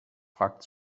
fragte